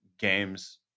games